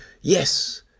yes